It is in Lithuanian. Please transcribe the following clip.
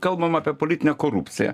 kalbam apie politinę korupciją